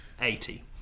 eighty